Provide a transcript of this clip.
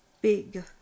big